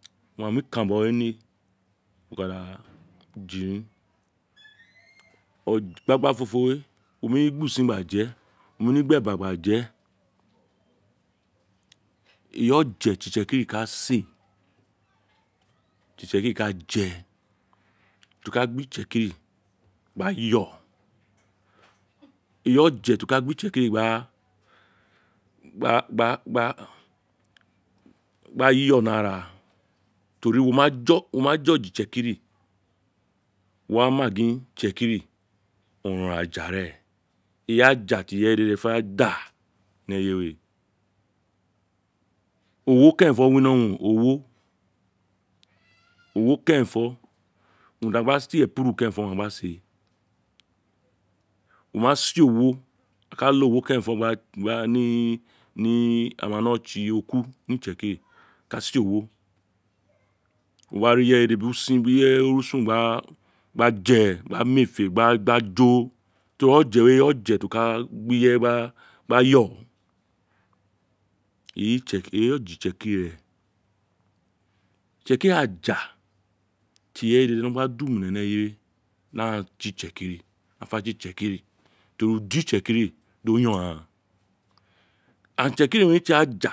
Wo ma mi ikaran bo we ni wo ka da jirin igagbafofo we wo nemi gbi usin gba je wo nemi gbi eba gba je eyi oje ti itse kiri ka se ti itsekiri gba yo eyi oje bi o ka gbi itsekiri gba gba gba gba yo ni ara to ri wo ma je oje wo ma je oje itsekiri wo wa ma gin itsekiri oronron aja ren eyi aja ti ireye dede fenefene fa da ni eyen owo kerenfo winoron o owo owo kerenfo urun fi a gba se epuru kerenfo owun a gba se wo ma se owo a ka lo owo kerenfo gba gba ni a ma no tse oku ni itsekiri a ka se owo wo wa ri ireye dede bi usin bi orusun gba je gba miefe gba jo teri oje we oje ti o ka gbi ireye gba yo eyi itsekiri ren itsekiri aja ti ireye dede gha no dumune ni eye we di aghaan tsi itsekiri aghan fe tsi itsekiri to ri iso itsekiri di o yon aghaan itsekiri owun re tse aja